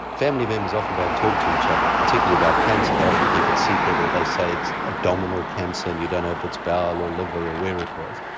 family members often don't talk to each other particularly about cancer, they often keep it secret or they say it's abdominal cancer and you don't know if it's bowel, or liver, or where it was.